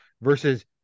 versus